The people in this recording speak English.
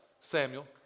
Samuel